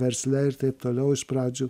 versle ir taip toliau iš pradžių